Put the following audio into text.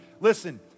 Listen